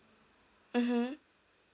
mmhmm